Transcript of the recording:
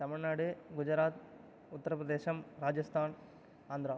Tamil Nadu Gujarat Uttar Pradesh Rajasthan Andhra